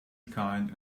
kind